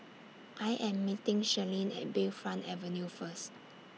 I Am meeting Shirlene At Bayfront Avenue First